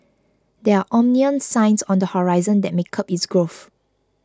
there are ominous signs on the horizon that may curb its growth